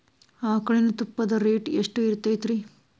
ಆಕಳಿನ ತುಪ್ಪದ ರೇಟ್ ಎಷ್ಟು ಇರತೇತಿ ರಿ?